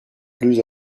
plus